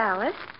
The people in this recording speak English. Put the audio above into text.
Alice